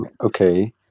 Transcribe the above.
Okay